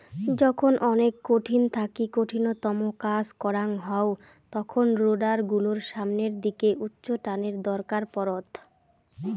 যখন অনেক কঠিন থাকি কঠিনতম কাজ করাং হউ তখন রোডার গুলোর সামনের দিকে উচ্চটানের দরকার পড়ত